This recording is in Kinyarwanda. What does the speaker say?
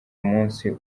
umunsi